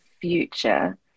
future